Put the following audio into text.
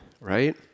right